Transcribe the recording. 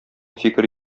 фикер